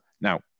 Now